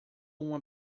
uma